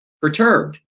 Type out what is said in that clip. perturbed